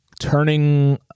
turning